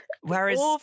Whereas